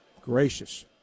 gracious